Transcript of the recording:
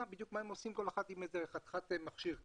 מה הם עושים כל אחד עם חתיכת מכשיר כזה.